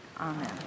Amen